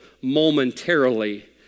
momentarily